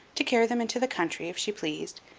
to carry them into the country, if she pleased,